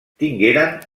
tingueren